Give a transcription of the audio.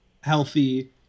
healthy